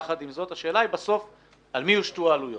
יחד עם זאת, השאלה היא בסוף על מי יושתו העלויות.